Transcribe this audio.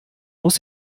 muss